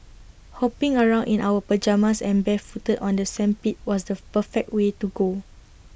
hopping around in our pyjamas and barefooted on the sandpit was the perfect way to go